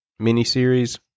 miniseries